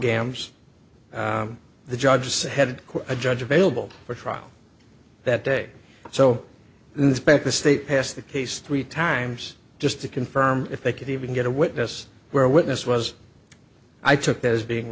damns the judges had a judge available for trial that day so inspect the state past the case three times just to confirm if they could even get a witness where witness was i took that as being